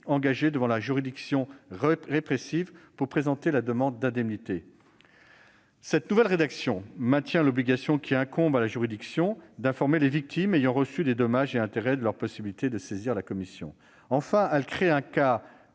engagée devant la juridiction répressive pour présenter la demande d'indemnité. Cette nouvelle rédaction maintient l'obligation qui incombe à la juridiction d'informer les victimes ayant reçu des dommages et intérêts de leur possibilité de saisir la commission. Enfin, elle crée un cas